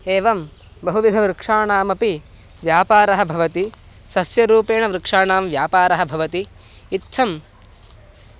एवं बहुविधवृक्षाणामपि व्यापारः भवति सस्यरूपेण वृक्षाणां व्यापारः भवति इत्थं